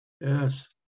Yes